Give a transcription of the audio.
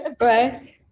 right